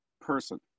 person